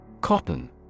Cotton